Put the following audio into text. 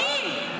מי?